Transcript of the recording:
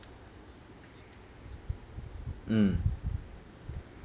mm